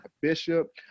bishop